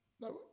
No